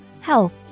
health